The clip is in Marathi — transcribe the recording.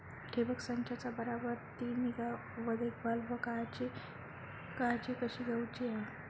ठिबक संचाचा बराबर ती निगा व देखभाल व काळजी कशी घेऊची हा?